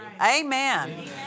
Amen